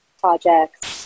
projects